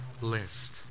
list